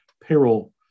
payroll